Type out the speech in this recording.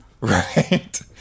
Right